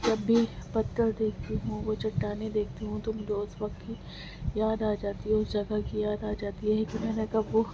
جب بھی پتھر دیکھتی ہوں وہ چٹانیں دیکھتی ہوں تو مجھے اس وقت کی یاد آجاتی ہے اس جگہ کی یاد آجاتی ہے کہ میں نے کب وہ